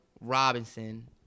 Robinson